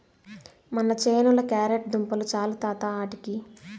మన చేనుల క్యారెట్ దుంపలు చాలు తాత ఆటికి